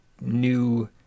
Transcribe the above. new